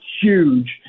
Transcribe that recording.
huge